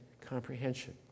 comprehension